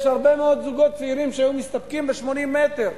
יש הרבה מאוד זוגות צעירים שהיו מסתפקים ב-80 מטר.